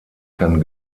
kann